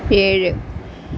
ഏഴ്